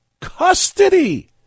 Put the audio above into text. custody